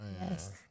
Yes